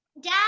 dad